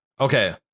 Okay